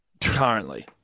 currently